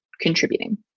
contributing